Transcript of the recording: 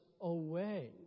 away